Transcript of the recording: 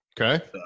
Okay